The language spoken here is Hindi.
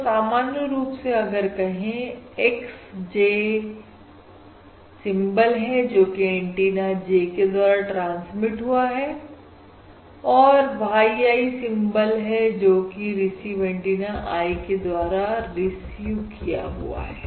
तो सामान्य रूप से अगर कहे x j सिंबल है जोकि एंटीना j के द्वारा ट्रांसमिट हुआ है और y i सिंबल है जोकि रिसीव एंटीना i के द्वारा रिसीव किया हुआ है